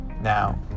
now